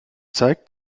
zeigt